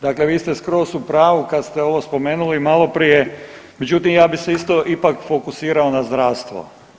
Dakle, vi ste skroz u pravu kad ste ovo spomenuli maloprije, međutim ja bi se ipak fokusirao na zdravstvo.